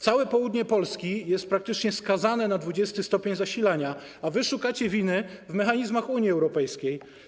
Całe południe Polski jest praktycznie skazane na 20. stopień zasilania, a wy szukacie winy w mechanizmach Unii Europejskiej.